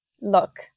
look